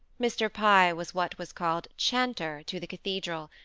mr. pye was what was called chanter to the cathedral,